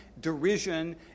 derision